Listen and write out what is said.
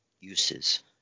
uses